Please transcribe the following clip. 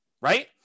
Right